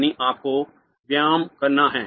यानी आपको व्यायाम करना है